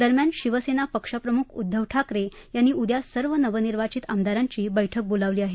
दरम्यान शिवसेना पक्षप्रमुख उद्दव ठाकरे यांनी उद्या सर्व नवनिर्वाचित आमदांराची बैठक बोलावली आहे